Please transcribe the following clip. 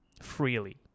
freely